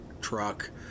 truck